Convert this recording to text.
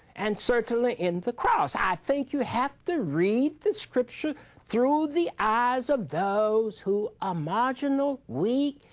and certainly in the cross. i think you have to read the scripture through the eyes of those who are marginal, weak,